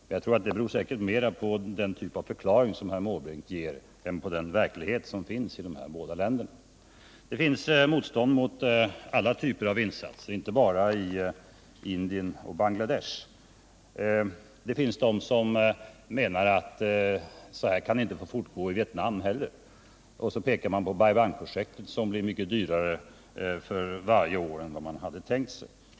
Men jag tror att det beror mer på den typ av förklaring som herr Måbrink ger än på verkligheten i dessa länder. Det förekommer motstånd mot alla typer av insatser, inte bara i Indien och Bangladesh. Många menar att verksamheten i Vietnam inte kan få fortgå. Man pekar på Bai Bang-projektet, som för varje år blir mycket dyrare än man hade tänkt sig.